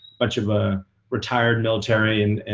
bunch of a retired military, and an